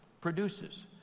produces